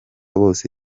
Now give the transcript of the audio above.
bose